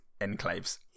enclaves